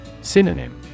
Synonym